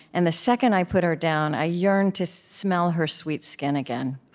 and the second i put her down, i yearned to smell her sweet skin again.